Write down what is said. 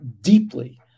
deeply